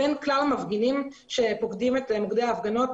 בין כל המפגינים שפוקדים את מוקדי ההפגנות